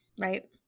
right